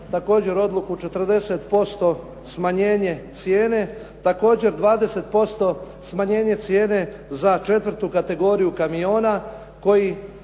također odluku 40% smanjenje cijene, također 20% smanjenje cijene za 4. kategoriju kamiona